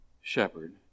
shepherd